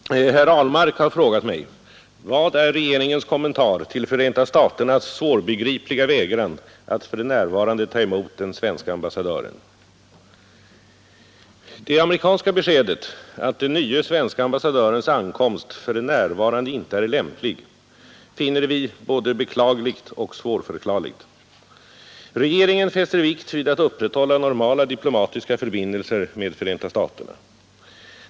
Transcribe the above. Herr talman! Herr Ahlmark har frågat mig: Vad är regeringens kommentar till Förenta staternas svårbegripliga vägran att för närvarande ta emot den svenska ambassadören? Det amerikanska beskedet att den nye svenske ambassadörens ankomst för närvarande inte är lämplig finner vi både beklagligt och svårförklarligt. Regeringen fäster vikt vid att upprätthålla normala diplomatiska förbindelser med Förenta staterna.